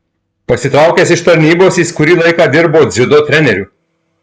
pasitraukęs iš tarnybos jis kurį laiką dirbo dziudo treneriu